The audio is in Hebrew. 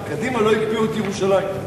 קדימה לא הקפיאו את ירושלים.